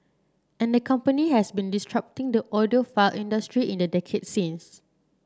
and the company has been disrupting the audiophile industry in the decade since